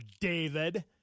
David